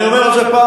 אני אומר את זה פעם,